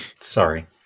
sorry